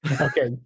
Okay